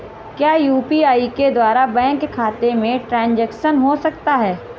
क्या यू.पी.आई के द्वारा बैंक खाते में ट्रैन्ज़ैक्शन हो सकता है?